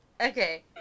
Okay